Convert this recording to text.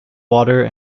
water